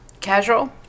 casual